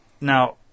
Now